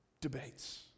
debates